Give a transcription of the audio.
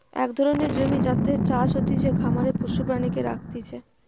এক ধরণের জমি যাতে চাষ হতিছে, খামারে পশু প্রাণীকে রাখতিছে